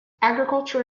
agriculture